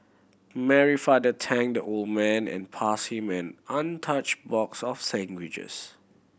Mary father tend old man and passed him an untouched box of sandwiches